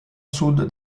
sud